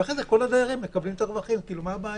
ואחרי זה כל הדיירים מקבלים את הרווחים, מה הבעיה?